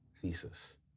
thesis